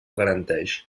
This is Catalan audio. garanteix